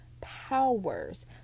powers